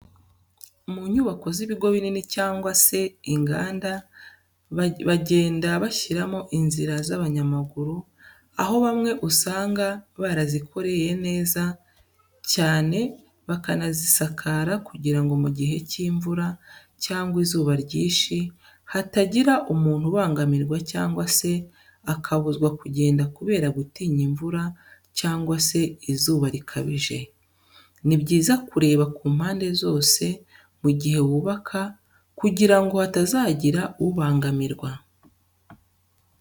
Mu nyubako z'ibigo binini cyangwa se inganda bagenda bashyiramo inzira z'abanyamaguru, aho bamwe usanga barazikoreye neza cyane bakanazisakara kugira ngo mu gihe cy'imvura cyangwa izuba ryinshi hatagira umuntu ubangamirwa cyangwa se akabuzwa kugenda kubera gutinya imvura cyangwa se izuba rikabije. Ni byiza kureba ku mpande zose mu gihe wubaka kugira ngo hatazagira ubangamirwa.